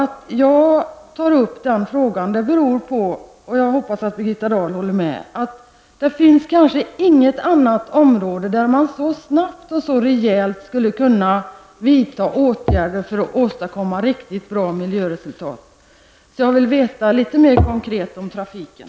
Att jag tar upp den frågan beror på att det kanske inte finns något annat område där man så snabbt och så rejält skulle kunna vidta åtgärder för att åstadkomma riktigt bra miljöresultat -- jag hoppas att Birgitta Dahl håller med om det. Jag vill därför ha litet mer konkreta besked om trafiken.